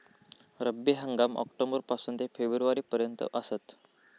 रब्बी हंगाम ऑक्टोबर पासून ते फेब्रुवारी पर्यंत आसात